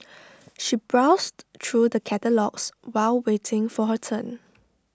she browsed through the catalogues while waiting for her turn